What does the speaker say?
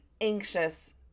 anxious